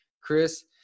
Chris